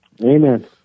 Amen